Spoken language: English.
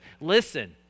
listen